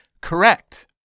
correct